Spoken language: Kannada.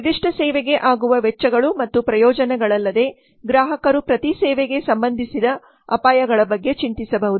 ನಿರ್ದಿಷ್ಟ ಸೇವೆಗೆ ಆಗುವ ವೆಚ್ಚಗಳು ಮತ್ತು ಪ್ರಯೋಜನಗಳಲ್ಲದೆ ಗ್ರಾಹಕರು ಪ್ರತಿ ಸೇವೆಗೆ ಸಂಬಂಧಿಸಿದ ಅಪಾಯಗಳ ಬಗ್ಗೆ ಚಿಂತಿಸಬಹುದು